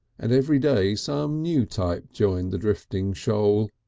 and every day some new type joined the drifting shoal.